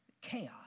Chaos